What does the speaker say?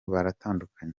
baratandukanye